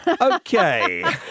Okay